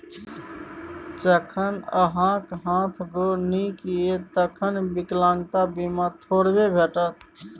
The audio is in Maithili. जखन अहाँक हाथ गोर नीक यै तखन विकलांगता बीमा थोड़बे भेटत?